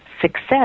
success